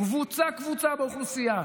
קבוצה-קבוצה באוכלוסייה,